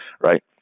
right